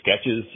sketches